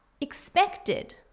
expected